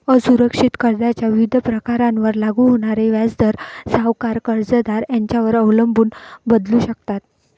असुरक्षित कर्जाच्या विविध प्रकारांवर लागू होणारे व्याजदर सावकार, कर्जदार यांच्यावर अवलंबून बदलू शकतात